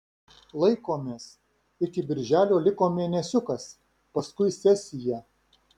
laikomės iki birželio liko mėnesiukas paskui sesija